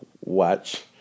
watch